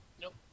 Nope